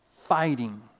fighting